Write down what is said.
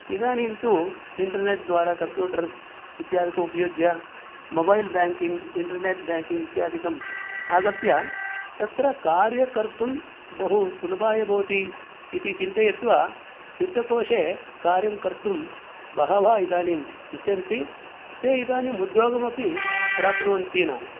इदानीन्तु इण्टर्नेट् द्वारा कम्प्यूटर् इत्यादिकम् उपयुज्य मोबैल् बेङ्किङ्ग् इण्टर्नेट् बेङ्किङ्ग् इत्यादिकम् आगत्य तत्र कार्यं कर्तुं बहुसुलभाय भवति इति चिन्तयित्वा वित्तकोषे कार्यं कर्तुं बहवः इदानीम् इच्छन्ति ते इदानीम् उद्योगमपि प्राप्नुवन्ति नाम